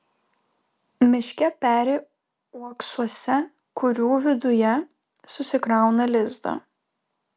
miške peri uoksuose kurių viduje susikrauna lizdą